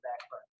background